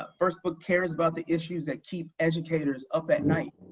ah first book cares about the issues that keep educators up at night.